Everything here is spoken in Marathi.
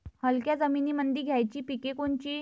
हलक्या जमीनीमंदी घ्यायची पिके कोनची?